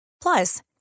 Plus